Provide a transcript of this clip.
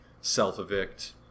self-evict